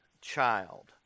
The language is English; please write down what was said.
child